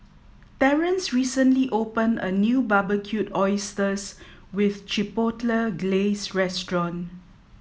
Terance recently opened a new Barbecued Oysters with Chipotle Glaze Restaurant